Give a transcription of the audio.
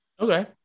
Okay